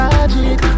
Magic